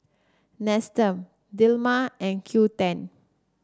Nestum Dilmah and Qoo ten